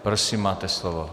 Prosím, máte slovo.